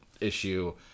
issue